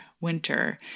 winter